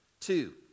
Two